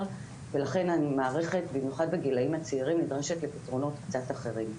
ולכן המערכת במיוחד בגילאים הצעירים נדרשת לפתרונות קצת אחרים.